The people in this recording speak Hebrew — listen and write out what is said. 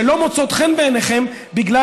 שלא מוצאות חן בעיניכם בגלל,